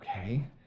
Okay